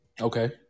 Okay